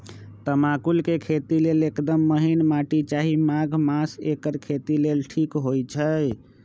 तमाकुल के खेती लेल एकदम महिन माटी चाहि माघ मास एकर खेती लेल ठीक होई छइ